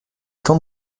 tente